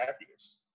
happiness